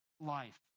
life